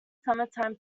summertime